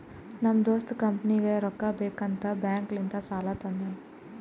ನಮ್ ದೋಸ್ತ ಕಂಪನಿಗ್ ರೊಕ್ಕಾ ಬೇಕ್ ಅಂತ್ ಬ್ಯಾಂಕ್ ಲಿಂತ ಸಾಲಾ ತಂದಾನ್